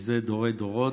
מזה דורי-דורות,